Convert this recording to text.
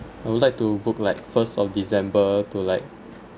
I would like to book like first of december to like